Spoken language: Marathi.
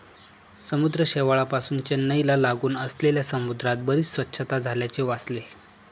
समुद्र शेवाळापासुन चेन्नईला लागून असलेल्या समुद्रात बरीच स्वच्छता झाल्याचे वाचले